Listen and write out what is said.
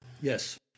Yes